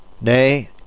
nay